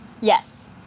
Yes